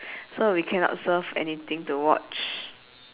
so we cannot surf anything to watch